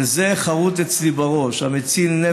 וזה חרות אצלי בראש,